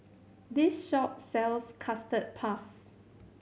this shop sells Custard Puff